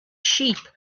sheep